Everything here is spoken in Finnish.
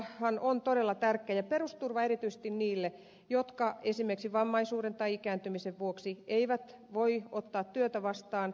perusturvahan on todella tärkeä ja erityisesti niille jotka esimerkiksi vammaisuuden tai ikääntymisen vuoksi eivät voi ottaa työtä vastaan